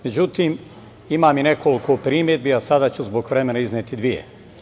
Međutim, imam i nekoliko primedbi i sada ću zbog vremena izneti samo dve.